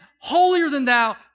holier-than-thou